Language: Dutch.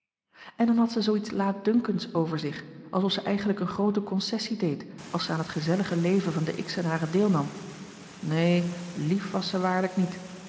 en dan had ze zoo iets laatdunkens over zich alsof ze eigenlijk eene groote concessie a l g bosboom-toussaint langs een omweg deed als ze aan t gezellige leven van de xenaars deelnam neen lief was ze waarlijk niet